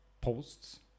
posts